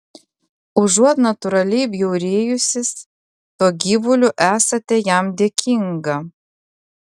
užuot natūraliai bjaurėjusis tuo gyvuliu esate jam dėkinga